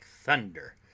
thunder